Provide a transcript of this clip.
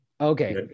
Okay